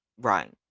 Right